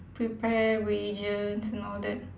prepare reagents and all that